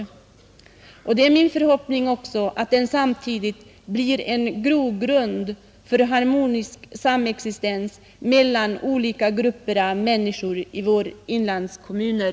Det är också min förhoppning att den samtidigt blir en grogrund för harmonisk samexistens mellan olika grupper av människor i våra inlandskommuner.